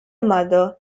mother